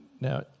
Now